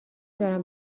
دارم